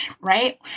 Right